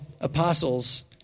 apostles